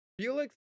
Felix